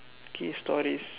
okay stories